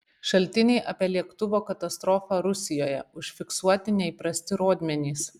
šaltiniai apie lėktuvo katastrofą rusijoje užfiksuoti neįprasti rodmenys